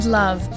love